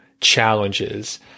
challenges